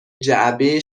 جعبه